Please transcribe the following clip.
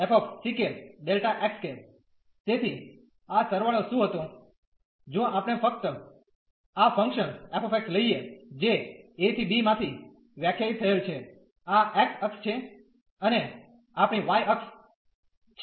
તેથી આ સરવાળો શું હતો જો આપણે ફક્ત આ ફંક્શન f લઈએ જે a ¿ b માંથી વ્યાખ્યાયિત થયેલ છે આ x અક્ષ છે અને આપણી y અક્ષ છે